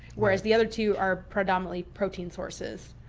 whereas the other two are predominantly protein sources,